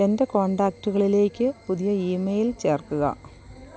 എന്റെ കോൺടാക്റ്റുകളിലേക്ക് പുതിയ ഇ മെയിൽ ചേർക്കുക